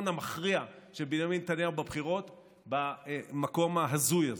המכריע של בנימין נתניהו בבחירות במקום ההזוי הזה,